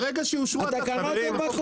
ברגע שאושרו התקנות, הן בחוק.